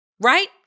right